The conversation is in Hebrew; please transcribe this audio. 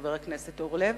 חבר הכנסת אורלב.